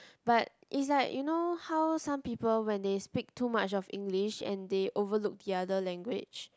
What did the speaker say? but it's like you know how some people when they speak too much of English and they overlook the other language